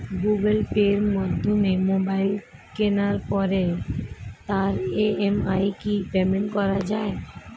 Google Pay মাধ্যমে mobile কেনার পরে তার ই.এম.আই কি পেমেন্ট করা যায়?